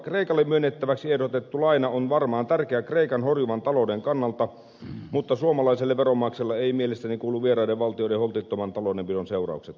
kreikalle myönnettäväksi ehdotettu laina on varmaan tärkeä kreikan horjuvan talouden kannalta mutta suomalaiselle veronmaksajalle eivät mielestäni kuulu vieraiden valtioiden holtittoman taloudenpidon seuraukset